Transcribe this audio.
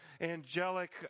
angelic